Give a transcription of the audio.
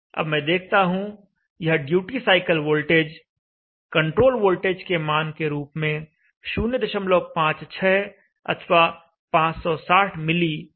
अब मैं देखता हूं यह duty cycle voltage control voltage के मान के रूप में 056 अथवा 560 मिली है